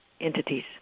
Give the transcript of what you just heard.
entities